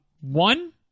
One